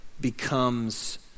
becomes